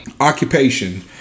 occupation